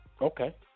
Okay